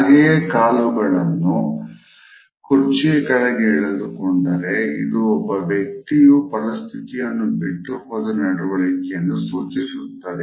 ಹಾಗೆಯೇ ಕಾಲುಗಳನ್ನು ಕುರ್ಚಿಯ ಕೆಳಗೆ ಎಳೆದುಕೊಂಡರೆ ಇದು ಒಬ್ಬ ವ್ಯಕ್ತಿಯು ಪರಿಸ್ಥಿತಿಯನ್ನು ಬಿಟ್ಟುಹೋದ ನಡವಳಿಕೆಯನ್ನು ಸೂಚಿಸುತ್ತದೆ